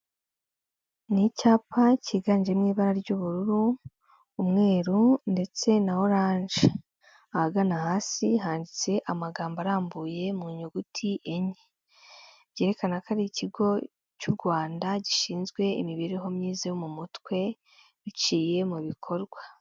Ni icyapa kiganjemo ibara ry'ubururu, umweru ndetse na oranje, ahagana hasi handitse amagambo arambuye mu nyuguti enye, byerekana ko ari Ikigo cy'u Rwanda gishinzwe imibereho myiza yo mu mutwe biciye mu bikorwa.